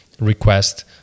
request